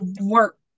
work